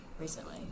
recently